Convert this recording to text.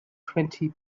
twenty